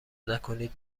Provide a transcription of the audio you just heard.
نکنی